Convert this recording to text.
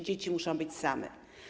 Dzieci muszą być same.